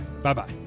Bye-bye